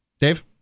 Dave